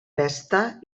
pesta